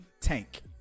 tank